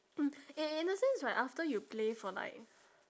mm in in a sense right after you play for like